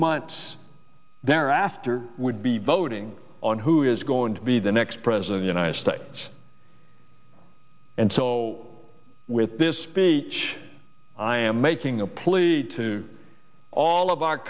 months there after would be voting on who is going to be the next president i stay and so with this speech i am making a plea to all of our